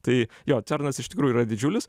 tai jo cernas iš tikrųjų yra didžiulis